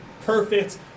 perfect